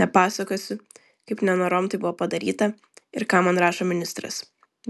nepasakosiu kaip nenorom tai buvo padaryta ir ką man rašo ministras